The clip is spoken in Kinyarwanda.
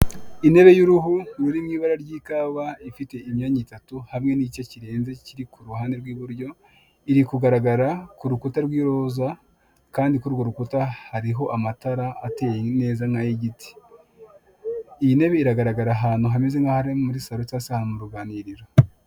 Intebe y'uruhu ruri mu ibara ry'ikawa ifite imyanya itatu hamwe n'igice kirenze kiri ku ruhande rw'iburyo iri kugaragara ku rukuta rw'iroza kandi kuri urwo rukuta hariho amatara ateye neza nk'ay'igiti, iyi ntebe iragaragara ahantu hameze nk'ahari muri salon cyangwa se ahantu mu ruganiriro.